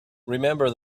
remember